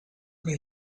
may